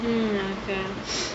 um